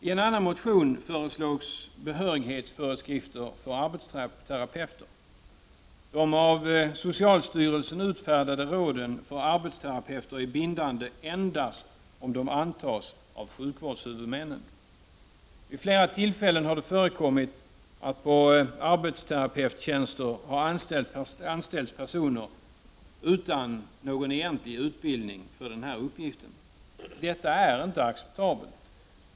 I en annan motion föreslås behörighetsföreskrifter för arbetsterapeuter. De av socialstyrelsen utfärdade råden för arbetsterapeuter är bindande endast om de antas av sjukvårdshuvudmännen. Vid flera tillfällen har det förekommit att personer utan någon egentlig utbildning för uppgiften har anställts som arbetsterapeuter. Detta är inte acceptabelt.